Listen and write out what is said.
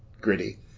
Gritty